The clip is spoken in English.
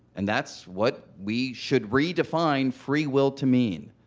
and that's what we should redefine free will to mean